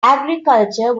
agriculture